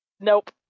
Nope